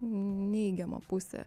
neigiama pusė